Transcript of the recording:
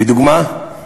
לדוגמה: